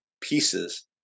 pieces